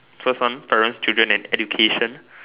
first one parents children and education